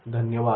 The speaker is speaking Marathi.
धन्यवाद